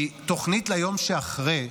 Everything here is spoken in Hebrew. כי תוכנית ליום שאחרי,